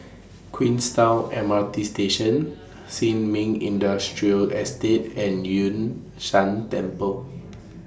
Queenstown M R T Station Sin Ming Industrial Estate and Yun Shan Temple